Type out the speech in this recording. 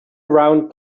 round